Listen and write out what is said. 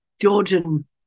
Georgian